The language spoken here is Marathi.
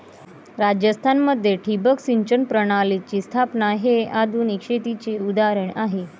राजस्थान मध्ये ठिबक सिंचन प्रणालीची स्थापना हे आधुनिक शेतीचे उदाहरण आहे